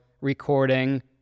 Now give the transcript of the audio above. recording